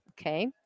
okay